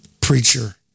preacher